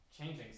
changing